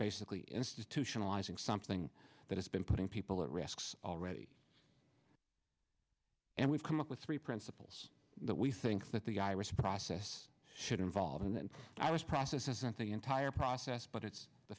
basically institutionalizing something that has been putting people at risks already and we've come up with three principles that we think that the iris process should involve and then i was process isn't the entire process but it's the